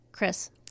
Chris